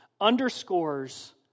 underscores